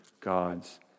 God's